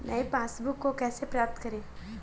नई पासबुक को कैसे प्राप्त करें?